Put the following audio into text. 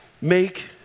Make